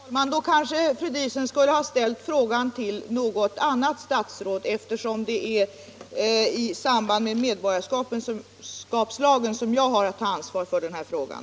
Herr talman! Då kanske fru Diesen borde ha riktat frågan till något annat statsråd, eftersom jag har att ta ställning till saken endast i samband med tillämpningen av medborgarskapslagen.